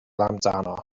amdano